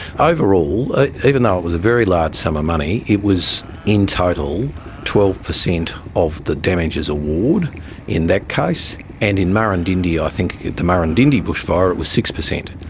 overall, even even though it was a very large sum of money, it was in total twelve percent of the damages award in that case. and in murrindindi i think, the murrindindi bushfire, it was six percent.